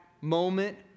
moment